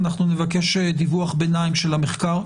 נבקש דיווח ביניים של המחקר.